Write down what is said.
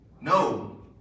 No